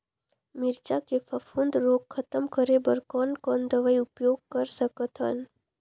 मिरचा के फफूंद रोग खतम करे बर कौन कौन दवई उपयोग कर सकत हन?